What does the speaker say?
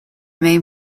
main